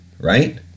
right